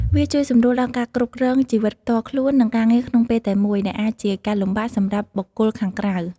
វាជួយសម្រួលដល់ការគ្រប់គ្រងជីវិតផ្ទាល់ខ្លួន និងការងារក្នុងពេលតែមួយ ដែលអាចជាការលំបាកសម្រាប់បុគ្គលិកខាងក្រៅ។